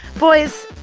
boys,